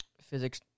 physics